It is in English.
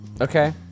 Okay